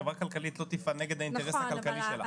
חברה כלכלית לא תפעל נגד האינטרס הכלכלי שלה.